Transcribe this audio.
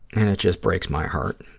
and it just breaks my heart.